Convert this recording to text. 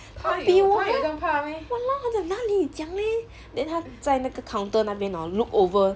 他比我 !walao! 他讲哪里讲 leh then 他在那个 counter 那边 look over